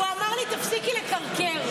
הוא אמר לי "תפסיקי לקרקר".